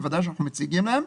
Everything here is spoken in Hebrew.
בוודאי שאנחנו מציגים להם.